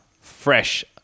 fresh